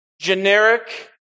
generic